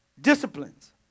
Disciplines